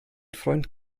freund